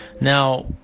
Now